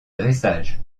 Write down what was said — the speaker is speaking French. dressage